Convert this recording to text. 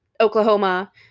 Oklahoma